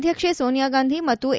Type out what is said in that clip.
ಅಧ್ಯಕ್ಷೆ ಸೋನಿಯಾ ಗಾಂಧಿ ಮತ್ತು ಎ